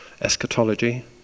eschatology